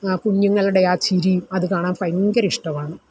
ആ കുഞ്ഞുങ്ങളുടെ ആ ചിരിയും അത് കാണാൻ ഭയങ്കര ഇഷ്ടമാണ്